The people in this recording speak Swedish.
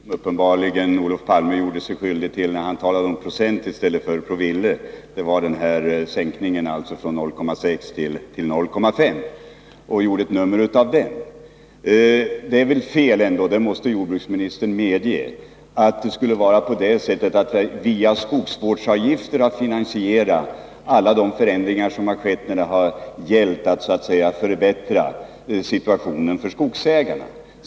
Herr talman! Jordbruksministern utnyttjade den felsägning som Olof Palme uppenbarligen gjorde sig skyldig till när han talade om procent i stället för promille. Det gällde alltså sänkningen från 0,6 till 0,5 96. Jordbruksministern gjorde ett nummer av det. Men jordbruksministern måste väl ändå medge att det är fel att det skulle vara via skogsvårdsavgifter man har finansierat alla de förändringar som skett när det gällt att förbättra situationen för skogsägarna.